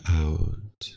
out